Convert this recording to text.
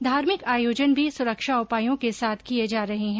धार्मिक आयोजन भी सुरक्षा उपायों के साथ किए जा रहे है